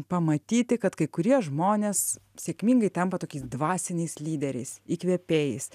pamatyti kad kai kurie žmonės sėkmingai tampa tokiais dvasiniais lyderiais įkvėpėjais